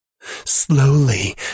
Slowly